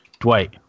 Dwight